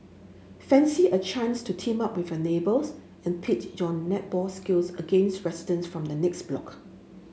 fancy a chance to team up with your neighbours and pit your netball skills against residents from the next block